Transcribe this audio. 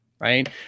right